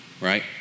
right